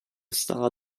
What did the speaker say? star